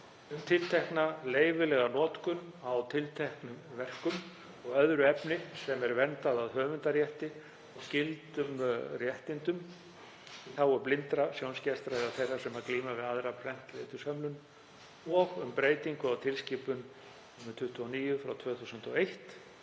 um tiltekna leyfilega notkun á tilteknum verkum og öðru efni sem er verndað af höfundarétti og skyldum réttindum í þágu blindra, sjónskertra eða þeirra sem glíma við aðra prentleturshömlun og um breytingu á tilskipun 2001/29/EB